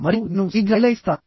మరియు నేను శీఘ్ర హైలైట్ ఇస్తాను